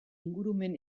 ingurumen